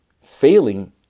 failing